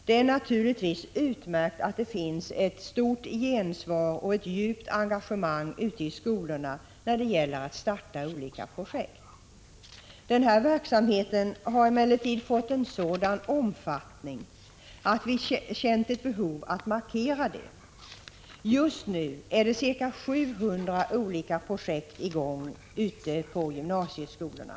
Det är naturligtvis utmärkt att det finns ett stort gensvar och ett djupt engagemang ute i skolorna när det gäller att starta olika projekt. Denna verksamhet har emellertid fått en sådan omfattning att vi känt ett behov av att markera detta. Just nu är det ca 700 olika projekt i gång ute på gymnasieskolorna.